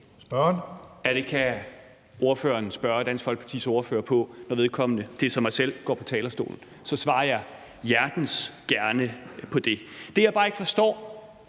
Peter Kofod (DF): Det kan ordføreren spørge Dansk Folkepartis ordfører om, når vedkommende – det er så mig selv – går på talerstolen. Så svarer jeg hjertens gerne på det. Det, jeg bare ikke forstår,